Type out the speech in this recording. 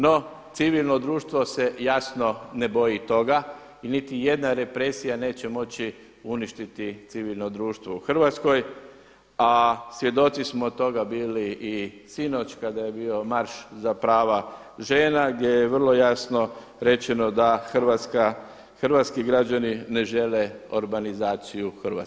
No, civilno društvo se jasno ne boji toga i niti jedna represija neće moći uništiti civilno društvo u Hrvatskoj, a svjedoci smo toga bili i sinoć kada je bio marš za prava žena gdje je vrlo jasno rečeno da Hrvatska, hrvatski građani ne žele orbanizaciju Hrvatske.